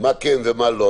מה כן ומה לא,